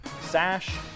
Sash